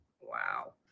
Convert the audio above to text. Wow